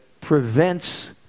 prevents